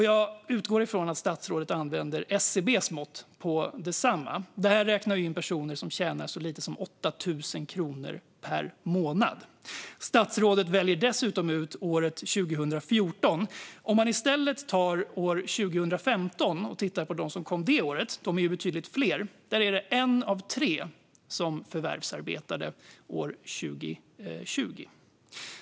Jag utgår från att statsrådet använder SCB:s mått på detsamma, som räknar in personer som tjänar så lite som 8 000 kronor per månad. Statsrådet väljer dessutom ut året 2014. Om man i stället tittar på dem som kom år 2015 - de är ju betydligt fler - ser man att det var en av tre som förvärvsarbetade år 2020.